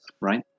right